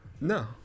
no